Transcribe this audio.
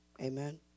Amen